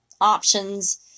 options